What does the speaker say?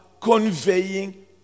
conveying